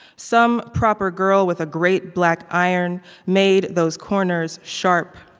some proper girl with a great black iron made those corners sharp.